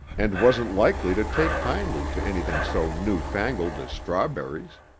and wasn't likely to take kindly to anything so newfangled as strawberries.